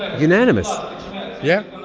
unanimous yeah